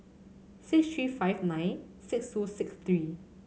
six three five nine six two six three